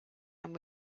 and